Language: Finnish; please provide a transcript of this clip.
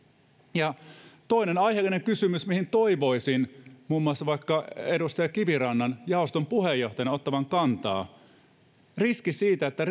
toinen aiheellinen kysymys mihin toivoisin muun muassa vaikka edustaja kivirannan jaoston puheenjohtajana ottavan kantaa on riski että